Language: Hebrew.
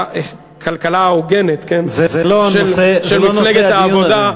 הכלכלה ההוגנת של מפלגת העבודה,